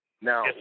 Now